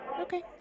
Okay